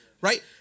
right